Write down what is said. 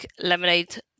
Lemonade